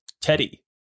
Teddy